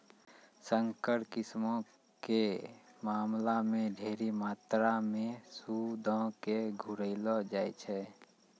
संकर किस्मो के मामला मे ढेरी मात्रामे सूदो के घुरैलो जाय छै